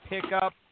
pickup